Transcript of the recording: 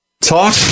Talk